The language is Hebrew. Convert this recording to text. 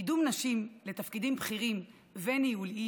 קידום נשים לתפקידים בכירים וניהוליים